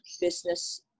business